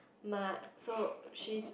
my so she's